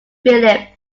philip